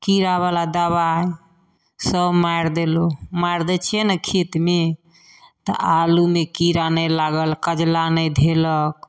कीड़ावला दवाइसब मारि देलहुँ मारि दै छिए ने खेतमे तऽ आलूमे कीड़ा नहि लागल कजला नहि धेलक